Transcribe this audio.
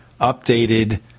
updated